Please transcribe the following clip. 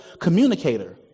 communicator